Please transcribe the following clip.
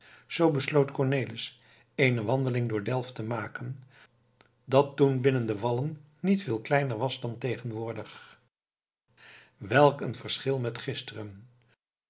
zoo besloot cornelis eene wandeling door delft te maken dat toen binnen de wallen niet veel kleiner was dan tegenwoordig welk een verschil met gisteren